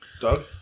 Doug